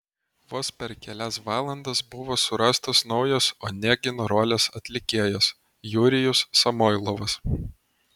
vos per kelias valandas buvo surastas naujas onegino rolės atlikėjas jurijus samoilovas